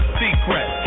secret